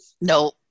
No